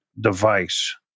device